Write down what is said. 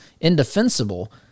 indefensible